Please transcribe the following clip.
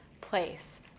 place